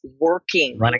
working